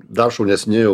dar šaunesni